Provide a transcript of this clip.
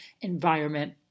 environment